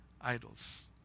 idols